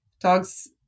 Dogs